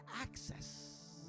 access